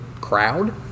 crowd